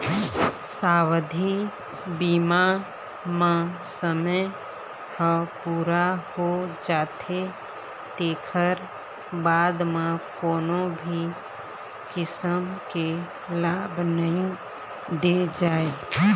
सावधि बीमा म समे ह पूरा हो जाथे तेखर बाद म कोनो भी किसम के लाभ नइ दे जाए